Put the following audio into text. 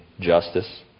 Justice